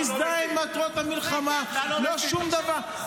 הוא לא מזדהה עם מטרות המלחמה, לא שום דבר.